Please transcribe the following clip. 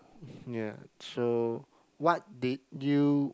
ya so what did you